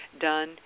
done